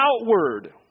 outward